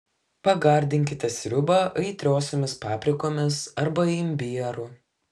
pagardinkite sriubą aitriosiomis paprikomis arba imbieru